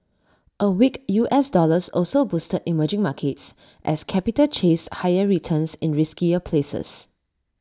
A weak U S dollar also boosted emerging markets as capital chased higher returns in riskier places